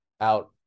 out